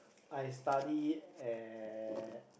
I study at